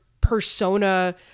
persona